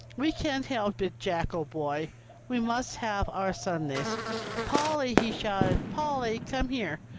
we can't help it, jack, old boy we must have our sundays. polly! he shouted, polly! come here.